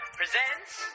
presents